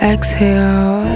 Exhale